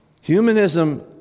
Humanism